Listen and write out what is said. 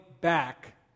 back